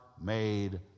made